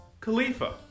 Khalifa